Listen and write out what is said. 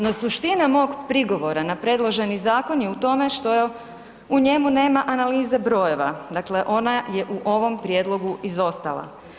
No suština mog prigovora na predloženi zakon je u tome što u njemu nema analize brojeva, dakle ona je u ovom prijedlogu izostala.